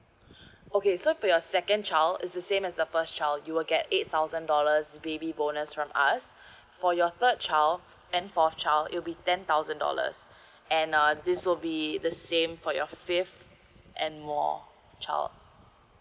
okay so for your second child it's the same as the first child you will get eight thousand dollars baby bonus from us for your third child and fourth child it'll be ten thousand dollars and uh this will be the same for your fifth and more child